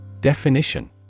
Definition